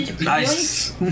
Nice